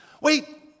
Wait